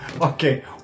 Okay